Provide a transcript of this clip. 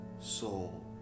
soul